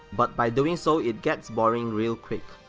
but by doing so it gets boring real quick.